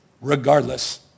regardless